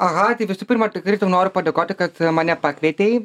aha tai visų pirma tikrai tau noriu padėkoti kad mane pakvietei